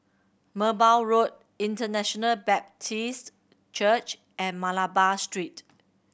Merbau Road International Baptist Church and Malabar Street